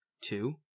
two